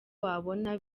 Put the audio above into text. wabona